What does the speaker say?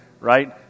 right